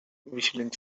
whistling